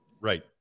Right